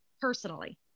personally